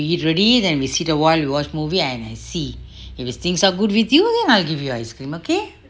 you eat ready then we sit awhile we watch movie and and see if it's things are good with you then I'll give you a ice cream okay